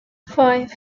five